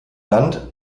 land